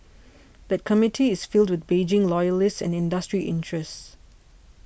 that committee is filled with Beijing loyalists and industry interests